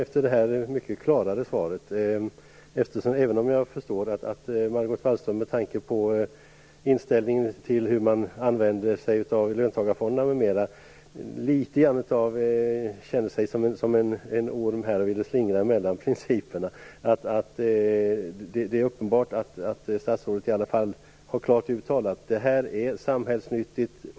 Fru talman! Även om jag förstår att Margot Wallström med tanke på inställningen till hur löntagarfonderna m.m. används känner sig litet som en orm och vill slingra mellan principerna är det ändå uppenbart att statsrådet klart har uttalat sig om att det här är samhällsnyttigt.